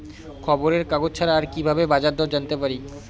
খবরের কাগজ ছাড়া আর কি ভাবে বাজার দর জানতে পারি?